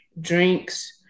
drinks